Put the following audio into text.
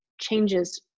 changes